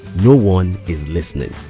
no one is listening.